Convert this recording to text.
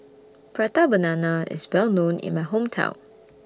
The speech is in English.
Prata Banana IS Well known in My Hometown